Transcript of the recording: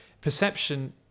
perception